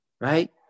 right